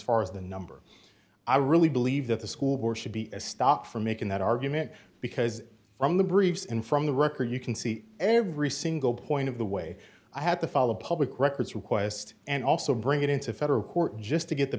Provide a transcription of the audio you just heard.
far as the number i really believe that the school board should be stopped from making that argument because from the briefs and from the record you can see every single point of the way i had to follow public records request and also bring it into federal court just to get the